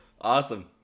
Awesome